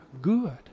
good